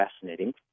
fascinating